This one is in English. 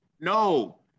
No